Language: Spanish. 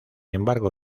embargo